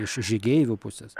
iš žygeivių pusės